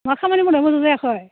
मा खामानि मावनाया मोजां जायाखै